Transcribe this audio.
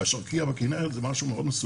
השרקייה בכינרת היא משהו מאוד מסוכן.